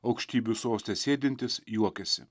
aukštybių soste sėdintis juokiasi